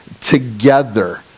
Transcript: together